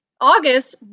August